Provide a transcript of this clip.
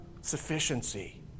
sufficiency